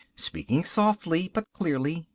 speaking softly, but clearly.